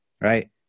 right